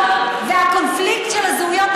והקונפליקט של הזהויות,